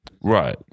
Right